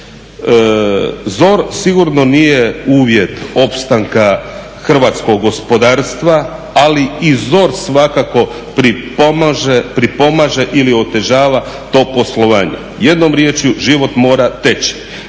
ZOR sigurno nije uvjet opstanka hrvatskog gospodarstva ali i ZOR svakako pripomaže ili otežava to poslovanje. Jednom riječju život mora teći.